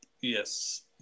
Yes